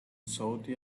saudi